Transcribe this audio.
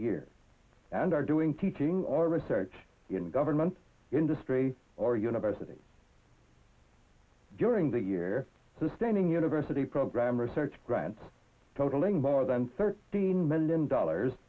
year and are doing teaching or research in government industry or university during the year sustaining university program research grants totaling more than thirteen million dollars